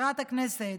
מזכירת הכנסת,